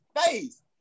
face